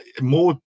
More